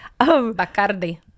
Bacardi